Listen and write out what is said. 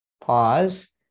pause